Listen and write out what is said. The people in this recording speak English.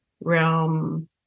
realm